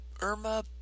Irma